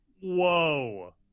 whoa